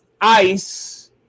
Ice